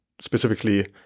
specifically